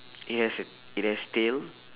it has a it has tail